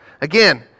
Again